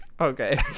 Okay